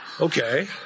okay